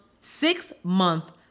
six-month